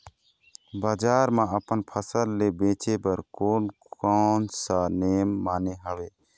बजार मा अपन फसल ले बेचे बार कोन कौन सा नेम माने हवे?